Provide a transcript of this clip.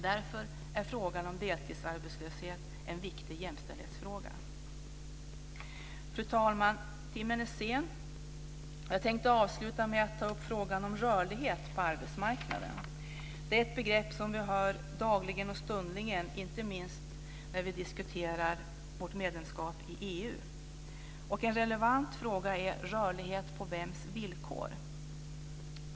Därför är frågan om deltidsarbetslöshet en viktig jämställdhetsfråga. Fru talman! Timmen är sen. Jag tänkte avsluta med att ta upp frågan om rörlighet på arbetsmarknaden. Det är ett begrepp som vi hör dagligen och stundligen, inte minst när vi diskuterar vårt medlemskap i EU. En relevant fråga är: Rörlighet på vems villkor?